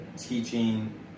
teaching